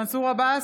מנסור עבאס,